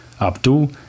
Abdu